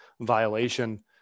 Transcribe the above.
violation